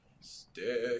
Stick